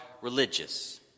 religious